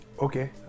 Okay